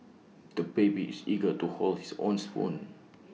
the baby is eager to hold his own spoon